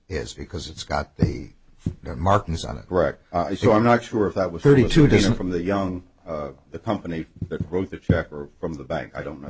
is because it's got the markings on it rock so i'm not sure if that was thirty two days in from the young the company that wrote the check or from the bank i don't know